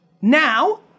Now